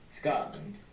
Scotland